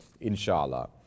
inshallah